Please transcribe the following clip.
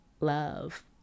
love